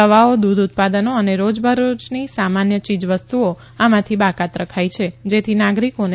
દવાઓ દૂધ ઉત્પાદનો અને રોજબરોજની સામાન્ય ચીજવસ્તુઓ આમાંથી બાકાત રખાઈ છે જેથી નાગરિકોને